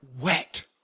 wet